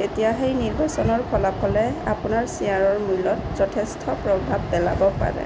তেতিয়া সেই নিৰ্বাচনৰ ফলাফলে আপোনাৰ শ্বেয়াৰৰ মূল্যত যথেষ্ট প্ৰভাৱ পেলাব পাৰে